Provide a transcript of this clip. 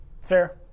Fair